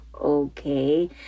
Okay